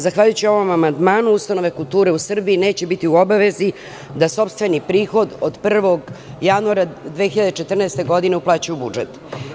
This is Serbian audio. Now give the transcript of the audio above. Zahvaljujući ovom amandmanu ustanove kulture neće biti u obavezi da sopstveni prihod od 1. januara 2014. godine uplaćuju u budžet.